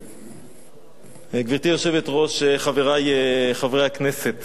גברתי היושבת-ראש, חברי חברי הכנסת,